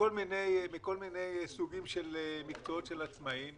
מכל מיני סוגי מקצועות של עצמאים,